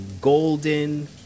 golden